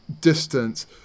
distance